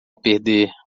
perder